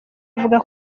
avuga